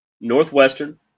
Northwestern